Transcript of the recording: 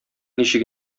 ничек